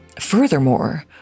Furthermore